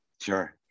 sure